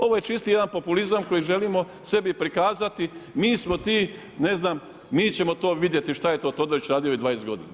Ovo je čisti jedan populizam koji želimo sebi prikazati, mi smo ti, ne znam, mi ćemo to vidjeti što je to Todorić radio u 20 godina.